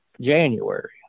january